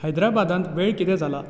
हैदराबादांत वेळ कितें जाला